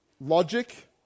logic